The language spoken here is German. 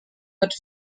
mit